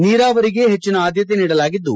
ನೀರಾವರಿಗೆ ಹೆಜ್ಜನ ಆದ್ಯತೆ ನೀಡಲಾಗಿದ್ದು